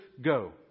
go